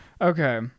Okay